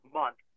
month